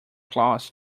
claus